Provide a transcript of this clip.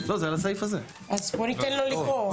בוא ניתן לו לקרוא.